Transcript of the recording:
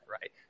Right